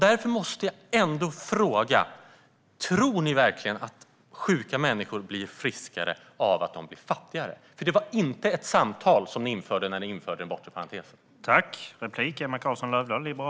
Därför måste jag fråga: Tror ni verkligen att sjuka människor blir friskare av att bli fattigare? Det var inte ett samtal som infördes när den bortre parentesen togs bort.